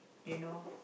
you know